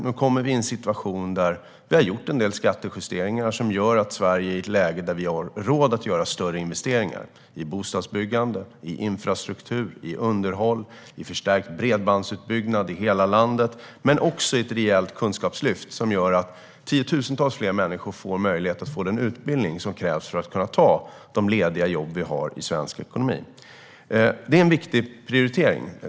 Nu kommer vi i en situation där vi har gjort en del skattejusteringar som gör att Sverige är i ett läge där vi har råd att göra större investeringar i bostadsbyggande, i infrastruktur, i underhåll, i förstärkt bredbandsutbyggnad i hela landet men också i ett rejält kunskapslyft som gör att tiotusentals fler människor får möjlighet att få den utbildning som krävs för att kunna ta de lediga jobb vi har i svensk ekonomi. Det är en viktig prioritering.